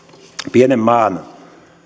pienen maan